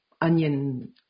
onion